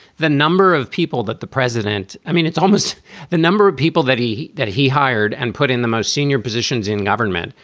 the number of people that the president i mean, it's almost the number of people that he that he hired and put in the most senior positions in government,